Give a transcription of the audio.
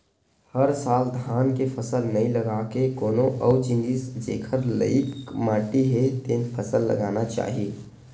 हर साल धान के फसल नइ लगा के कोनो अउ जिनिस जेखर लइक माटी हे तेन फसल लगाना चाही